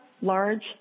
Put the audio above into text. large